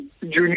junior